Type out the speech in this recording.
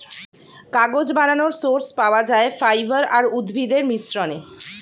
কাগজ বানানোর সোর্স পাওয়া যায় ফাইবার আর উদ্ভিদের মিশ্রণে